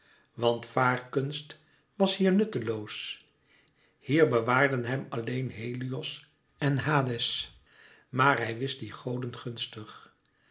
want vaarkunst was hier nutloos hier bewaarden hem alleen helios en hades maar hij wist die goden gunstig